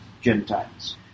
Gentiles